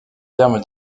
termes